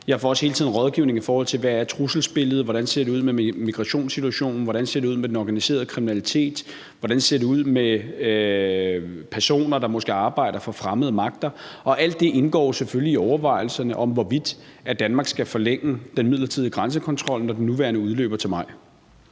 Jeg får også hele tiden rådgivning, i forhold til hvad trusselsbilledet er, hvordan det ser ud med migrationssituationen, hvordan det ser ud med den organiserede kriminalitet, og hvordan det ser ud med personer, der måske arbejder for fremmede magter. Alt det indgår selvfølgelig i overvejelserne om, hvorvidt Danmark skal forlænge den midlertidige grænsekontrol, når den nuværende udløber til maj.